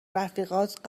رفیقات